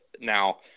Now